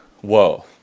Whoa